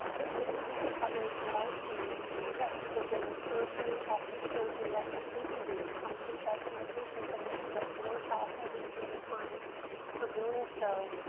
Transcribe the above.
with the patient population that i see, we have people getting surgery after surgery after surgery. they become professional patients, and they end up worse off every single time for doing so.